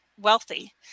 wealthy